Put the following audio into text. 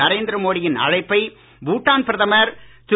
நரேந்திர மோடி யின் அழைப்பை பூடான் பிரதமர் திரு